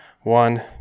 one